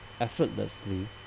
effortlessly